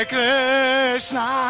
Krishna